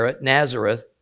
Nazareth